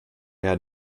had